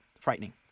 frightening